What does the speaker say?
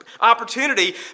opportunity